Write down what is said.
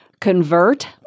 convert